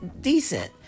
decent